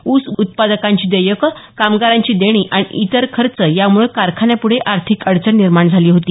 ऊस उत्पादकांची देयकं कामगारांची देणी आणि इतर खर्च यामुळे कारखान्यापुढे आर्थिक अडचण निर्माण झाली होती